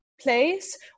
place